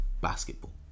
basketball